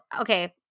okay